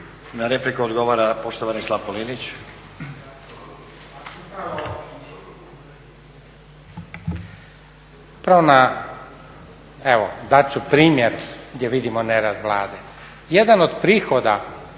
Na repliku odgovara poštovani Slavko Linić. **Linić, Slavko (Nezavisni)** Evo dat ću primjer gdje vidimo nerad Vlade. Jedan od prihoda